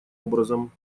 образом